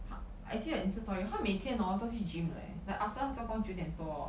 I see her Insta story 她每天 orh 都去 gym 的 leh like after 她做工九点多 orh